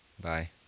Bye